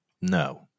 No